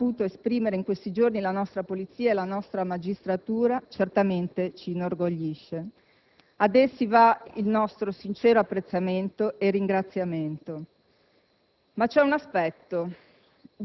Un terrorismo che sembra una sorta di sistema endemico nella nostra società: un cancro, che tuttavia non si può sviluppare in piena autonomia, ma sa trovare spazio